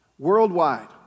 Worldwide